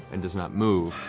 and does not move.